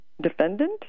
defendant